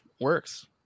works